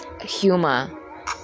humor